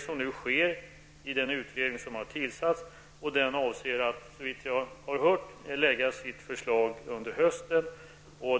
Sådana sker nu i den utredning som har tillsatts. Såvitt jag har hört avser utredningen att lägga fram sitt förslag till hösten.